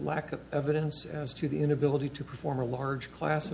lack of evidence as to the inability to perform a large class of